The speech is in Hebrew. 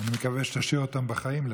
אני מקווה שתשאיר אותם בחיים לפחות.